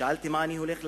שאלתי מה אני הולך לעשות,